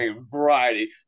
Variety